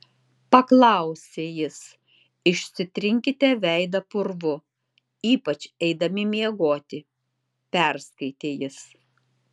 paklausė jis išsitrinkite veidą purvu ypač eidami miegoti perskaitė jis